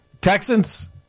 Texans